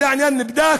והעניין נבדק.